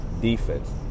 defense